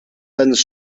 seines